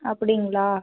அப்படிங்களா